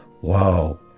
Wow